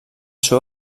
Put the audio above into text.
seu